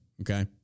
okay